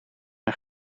een